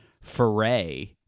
foray